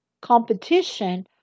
competition